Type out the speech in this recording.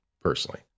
personally